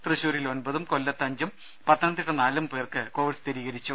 തൃശൂരിൽ ഒൻപതും കൊല്ലത്ത് അഞ്ചും പത്തനംതിട്ട നാലും പേർക്ക് കോവിഡ് സ്ഥിരീകരിച്ചു